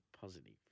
positive